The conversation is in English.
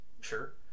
sure